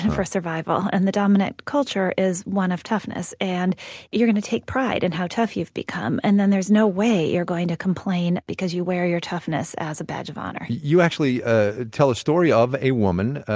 for survival. and the dominant culture is one of toughness, and you're going to take pride in and how tough you've become. and then there's no way you're going to complain, because you wear your toughness as a badge of honor you actually ah tell a story of a woman,